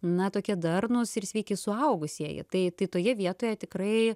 na tokie darnūs ir sveiki suaugusieji tai tai toje vietoje tikrai